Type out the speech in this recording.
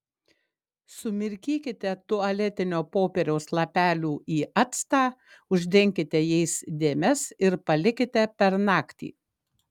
sumirkykite tualetinio popieriaus lapelių į actą uždenkite jais dėmes ir palikite per naktį